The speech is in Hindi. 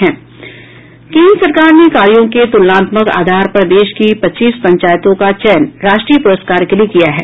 केंद्र सरकार ने कार्यों के तुलनात्मक आधार पर देश की पच्चीस पंचायतों का चयन राष्ट्रीय पुरस्कार के लिए किया है